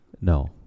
No